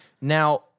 Now